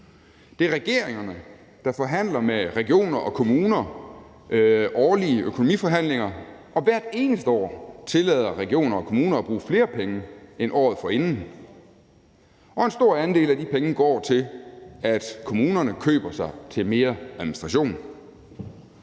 Det er regeringerne, der forhandler med regioner og kommuner i årlige økonomiforhandlinger og hvert eneste år tillader regioner og kommuner at bruge flere penge end året forinden, og en stor andel af de penge går til, at kommunerne køber sig til mere administration.